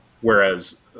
whereas